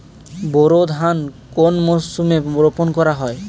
বোরো ধান কোন মরশুমে রোপণ করা হয়?